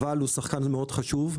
אבל הוא שחקן מאוד חשוב.